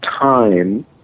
time